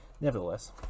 nevertheless